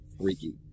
freaky